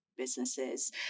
Businesses